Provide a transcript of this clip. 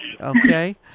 Okay